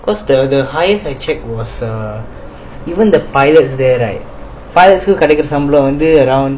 'cause the the highest I check was err even the pilots there right pilots um கிடைக்கர சம்பலம் வந்து:kidaikaram sambalam vanthu around